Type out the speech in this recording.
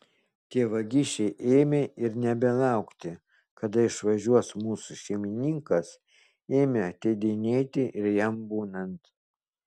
tie vagišiai ėmė ir nebelaukti kada išvažiuos mūsų šeimininkas ėmė ateidinėti ir jam būnant